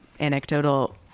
anecdotal